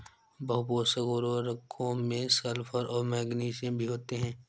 बहुपोषक उर्वरकों में सल्फर और मैग्नीशियम भी होते हैं